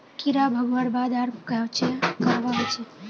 कीड़ा भगवार बाद आर कोहचे करवा होचए?